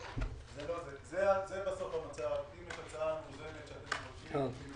זה בסוף המצב, עם התוצאה המאוזנת שאתם מבקשים.